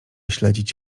śledzić